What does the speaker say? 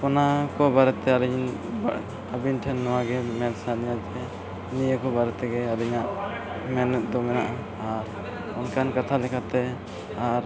ᱚᱱᱟᱠᱚ ᱵᱟᱨᱮ ᱛᱮ ᱟᱹᱞᱤᱧ ᱟᱹᱵᱤᱱ ᱴᱷᱮᱱ ᱱᱚᱣᱟ ᱜᱮ ᱢᱮᱱ ᱥᱟᱱᱟᱭᱮᱫ ᱞᱤᱧᱟᱹ ᱡᱮ ᱱᱤᱭᱟᱹ ᱠᱚ ᱵᱟᱨᱮ ᱛᱮᱜᱮ ᱟᱹᱞᱤᱧᱟᱜ ᱢᱮᱱᱮᱫ ᱫᱚ ᱢᱮᱱᱟᱜᱼᱟ ᱟᱨ ᱚᱱᱠᱟᱱ ᱠᱟᱛᱷᱟ ᱞᱮᱠᱟᱛᱮ ᱟᱨ